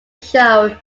show